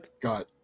got